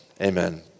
Amen